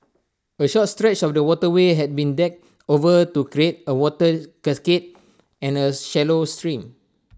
A short stretch of the waterway has been decked over to create A water cascade and A shallow stream